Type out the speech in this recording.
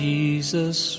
Jesus